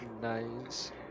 Nice